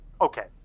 okay